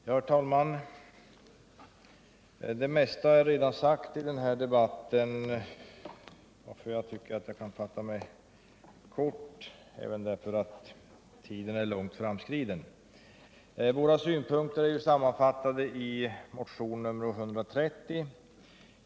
Herr talman! Det mesta har sagts i den här debatten, och jag tycker därför att jag kan fatta mig kort, även därför att tiden är långt framskriden. Våra synpunkter är sammanfattade i motionen 1819.